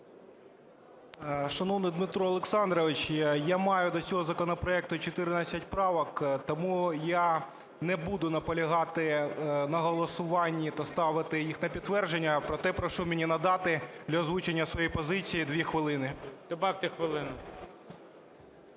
Шановний Дмитре Олександровичу, я маю до цього законопроекту 14 правок. Тому я не буду наполягати на голосуванні та ставити їх на підтвердження. Проте, прошу мені надати для озвучення своєї позиції 2 хвилини. ГОЛОВУЮЧИЙ. Добавте хвилину.